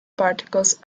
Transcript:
particles